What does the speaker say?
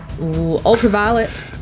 ultraviolet